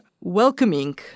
welcoming